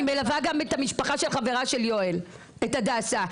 אני מלווה גם את המשפחה של חברה של יואל, הדסה.